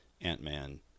Ant-Man